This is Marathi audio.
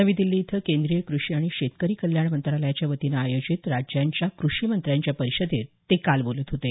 नवी दिल्ली इथं केंद्रीय कृषी आणि शेतकरी कल्याण मंत्रालयाच्यावतीनं आयोजित राज्यांच्या कृषी मंत्र्यांच्या परिषदेत ते काल बोलत होते